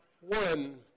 one